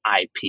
IP